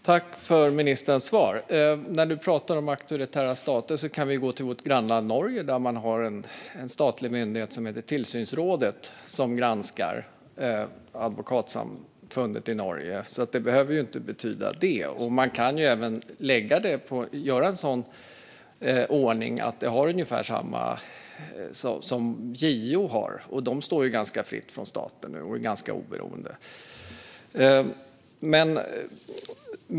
Herr talman! I vårt grannland Norge granskar den statliga myndigheten Tillsynsrådet advokater i Norge, så det behöver inte vara en auktoritär stat. Man kan även göra ha en liknande ordning som JO, som ju står rätt fritt från staten och är ganska oberoende.